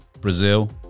Brazil